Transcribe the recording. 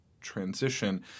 transition